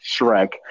Shrek